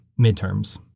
midterms